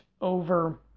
over